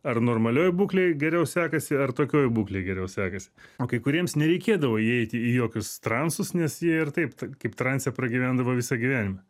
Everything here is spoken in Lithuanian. ar normalioj būklėj geriau sekasi ar tokioj būklėj geriau sekasi o kai kuriems nereikėdavo įeiti į jokius transus nes jie ir taip kaip trance pragyvendavo visą gyvenimą